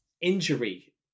injury